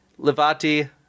Levati